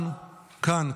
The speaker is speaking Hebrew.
אנחנו כאן,